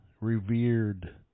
revered